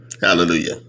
Hallelujah